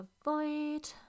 avoid